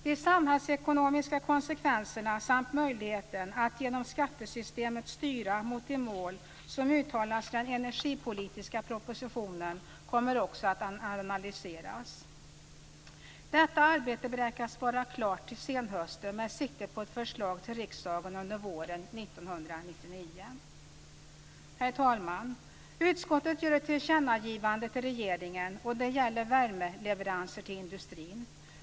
De samhällsekonomiska konsekvenserna samt möjligheten att genom skattesystemet styra mot de mål som uttalas i den energipolitiska propositionen kommer också att analyseras. Detta arbete beräknas vara klart till senhösten med sikte på ett förslag till riksdagen under våren 1999. Herr talman! Utskottet gör ett tillkännagivande till regeringen. Det gäller värmeleveranser till industrin.